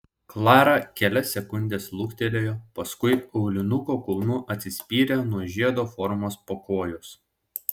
klara kelias sekundes luktelėjo paskui aulinuko kulnu atsispyrė nuo žiedo formos pakojos